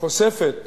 חושפת